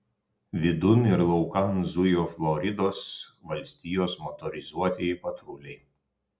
vidun ir laukan zujo floridos valstijos motorizuotieji patruliai